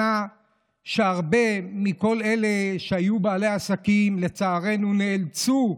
שנה שהרבה מכל אלה שהיו בעלי עסקים לצערנו נאלצו,